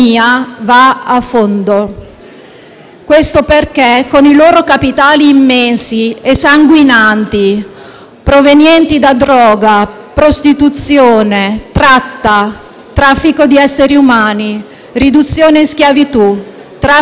Questo perché con i loro capitali immensi e sanguinanti, provenienti da droga, prostituzione, tratta, traffico di esseri umani, riduzione in schiavitù, traffico di armi, azzardo